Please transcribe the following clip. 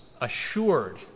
assured